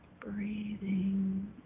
Breathing